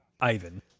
ivan